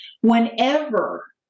Whenever